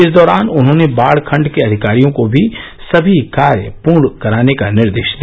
इस दौरान उन्होंने बाढ़ खंड के अधिकारियों को सभी कार्य जल्द पूर्ण कराने का निर्देश दिया